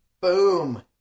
boom